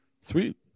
Sweet